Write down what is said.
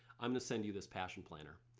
i'm gonna send you this passion planner.